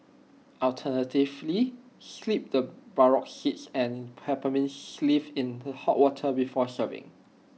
alternatively steep the burdock seeds and peppermint leaves in hot water before serving